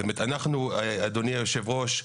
אדוני היושב-ראש,